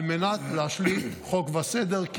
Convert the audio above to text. על מנת להשליט חוק וסדר,